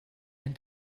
ein